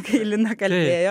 kai lina kalbėjo